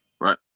right